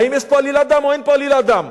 האם יש פה עלילת דם או אין פה עלילת דם?